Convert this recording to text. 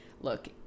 look